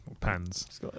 Pans